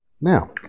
Now